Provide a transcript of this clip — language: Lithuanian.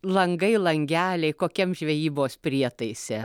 langai langeliai kokiam žvejybos prietaise